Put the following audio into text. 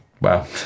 wow